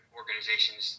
organizations